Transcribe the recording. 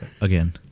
again